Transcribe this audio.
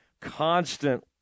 constant –